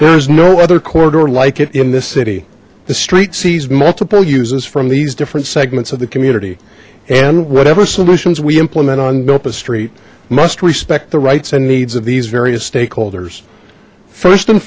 there is no other corridor like it in this city the street sees multiple uses from these different segments of the community and whatever solutions we implement on milpa street must respect the rights and needs of these various stakeholders first and